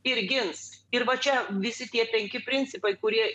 ir gins ir va čia visi tie penki principai kurie